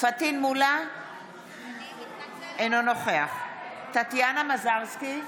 אינו נוכח טטיאנה מזרסקי,